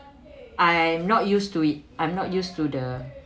I am not used to it I'm not used to the